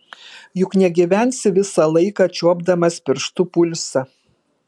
juk negyvensi visą laiką čiuopdamas pirštu pulsą